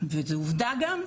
זו עובדה גם.